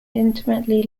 intimately